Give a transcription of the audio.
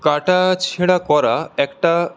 কাটা ছেঁড়া করা একটা